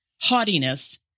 haughtiness